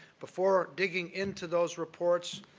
before digging into those reports,